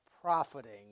profiting